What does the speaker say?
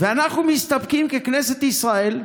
אנחנו מסתפקים, ככנסת ישראל,